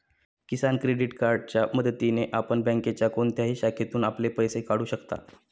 किसान credit कार्डच्या मदतीने आपण बँकेच्या कोणत्याही शाखेतून आपले पैसे काढू शकता